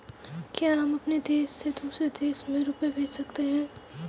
क्या हम अपने देश से दूसरे देश में रुपये भेज सकते हैं?